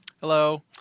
Hello